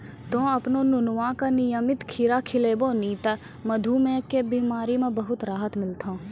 तोहॅ आपनो नुनुआ का नियमित खीरा खिलैभो नी त मधुमेह के बिमारी म बहुत राहत मिलथौं